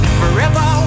forever